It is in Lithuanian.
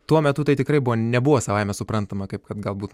tuo metu tai tikrai buvo nebuvo savaime suprantama kaip kad galbūt